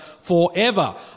forever